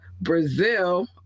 Brazil